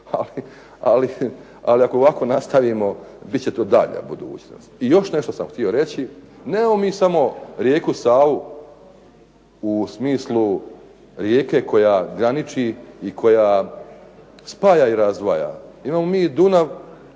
ali ako ovako nastavimo bit će to daljnja budućnost. I još nešto sam htio reći. Nemamo mi samo rijeku Savu u smislu rijeke koja graniči i koja spaja i razdvaja. Imamo mi i Dunav